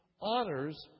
honors